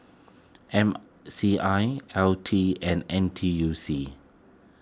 M C I L T and N T U C